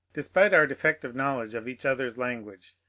despite our defective knowledge of each other's language,